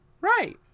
right